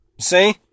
See